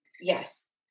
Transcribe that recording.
Yes